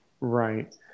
right